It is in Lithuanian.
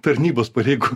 tarnybos pareigūnų